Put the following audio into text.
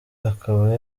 akaba